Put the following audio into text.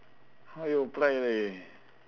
how you apply leh